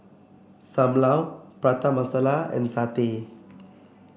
Sam Lau Prata Masala and satay